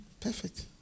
Perfect